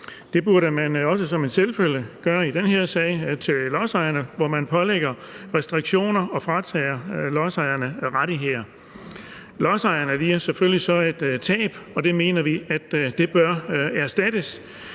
Det burde man også som en selvfølge gøre til lodsejerne i den her sag, hvor man pålægger restriktioner og fratager lodsejerne rettigheder. Lodsejerne lider så selvfølgelig et tab, og det mener vi bør erstattes,